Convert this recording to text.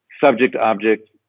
subject-object